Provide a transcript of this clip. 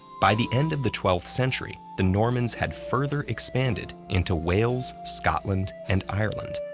by the end of the twelfth century, the normans had further expanded into wales, scotland, and ireland.